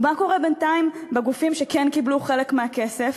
ומה קורה בינתיים בגופים שכן קיבלו חלק מהכסף?